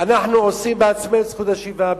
אנחנו עושים בעצמנו את זכות השיבה,